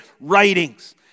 writings